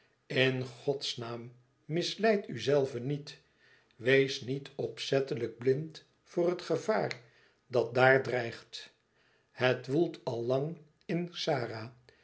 in godsnaam misleid u zelve niet wees niet opzettelijk blind voor het gevaar dat daar dreigt het woelt al lang in xara